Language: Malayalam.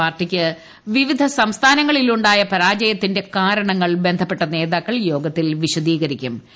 പാർട്ടിക്ക് വിവിധ സംസ്ഥാനങ്ങളിലുണ്ടായ പരാജയത്തിന്റെ ് കാരണങ്ങൾ ബന്ധപ്പെട്ട നേതാക്കൾ യോഗത്തിൽ വിശദീകരിക്കുള്ട്